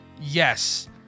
yes